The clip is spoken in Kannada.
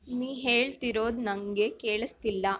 ನೀನು ಹೇಳ್ತಿರೋದು ನನಗೆ ಕೇಳಿಸ್ತಿಲ್ಲ